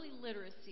literacy